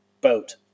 boat